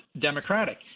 Democratic